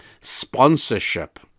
sponsorship